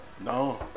No